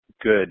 good